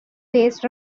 based